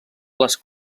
les